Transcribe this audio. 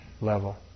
level